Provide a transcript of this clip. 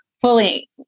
fully